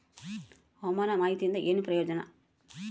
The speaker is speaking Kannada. ಹವಾಮಾನ ಮಾಹಿತಿಯಿಂದ ಏನು ಪ್ರಯೋಜನ?